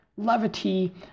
levity